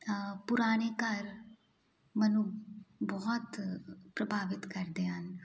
ਤਾਂ ਪੁਰਾਣੇ ਘਰ ਮੈਨੂੰ ਬਹੁਤ ਪ੍ਰਭਾਵਿਤ ਕਰਦੇ ਹਨ